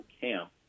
camp